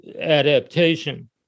adaptation